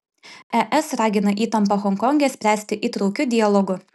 es ragina įtampą honkonge spręsti įtraukiu dialogu